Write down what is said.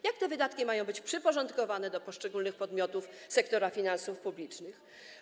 Jak te wydatki mają być przyporządkowane do poszczególnych podmiotów sektora finansów publicznych?